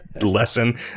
lesson